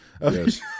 Yes